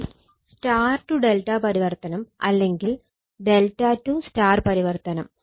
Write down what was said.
ഇനി Y →∆ പരിവർത്തനം അല്ലെങ്കിൽ ∆→ Y പരിവർത്തനം